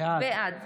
בעד